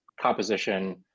composition